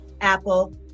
Apple